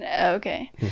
Okay